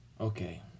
Okay